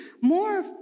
More